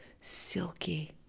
silky